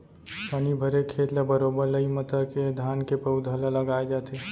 पानी भरे खेत ल बरोबर लई मता के धान के पउधा ल लगाय जाथे